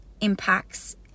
impacts